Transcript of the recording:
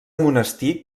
monestir